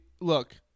look